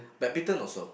badminton also